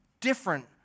different